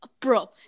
Bro